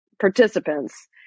participants